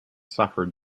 suffered